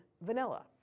vanilla